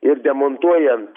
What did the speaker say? ir demontuojant